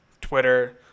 Twitter